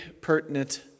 pertinent